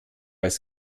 als